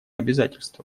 обязательства